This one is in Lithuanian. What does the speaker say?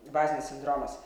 bazinis sindromas